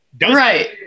Right